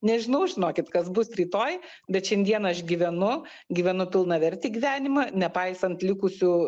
nežinau žinokit kas bus rytoj bet šiandien aš gyvenu gyvenu pilnavertį gyvenimą nepaisant likusių